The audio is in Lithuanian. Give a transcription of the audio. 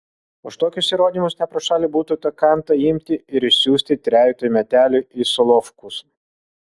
už tokius įrodymus ne pro šalį būtų tą kantą imti ir išsiųsti trejetui metelių į solovkus